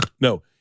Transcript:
No